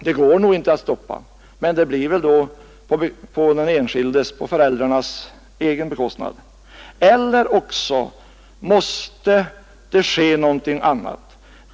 Det går nog inte att stoppa, men det blir väl då på den enskildes, på föräldrarnas egen bekostnad. Eller också måste det ske någonting annat.